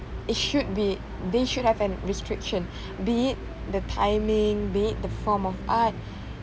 it should be they should have an restriction be it the timing be it the form of art